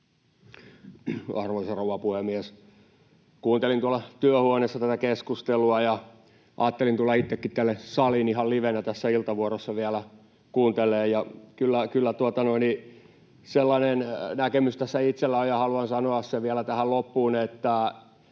Arvoisa rouva puhemies! Kuuntelin tuolla työhuoneessa tätä keskustelua ja ajattelin tulla itsekin tänne saliin ihan livenä tässä iltavuorossa vielä kuuntelemaan. Kyllä sellainen näkemys tässä itselläni on ja haluan sanoa sen vielä tähän loppuun, että